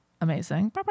Amazing